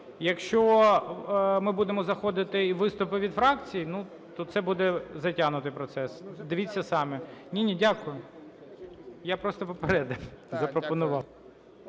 Якщо ми будемо заходити і виступи від фракцій, ну, то це буде затягнутий процес. Дивіться самі. Ні-ні, дякую. Я просто попередив, запропонував.